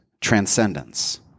transcendence